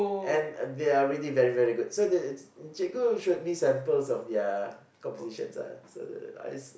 and they are really very very good so the cikgu their compositions ah so the I